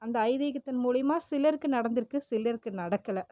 அந்த ஐதீகத்தின் மூலிமா சிலருக்கு நடந்துருக்கு சிலருக்கு நடக்கல